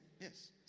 Yes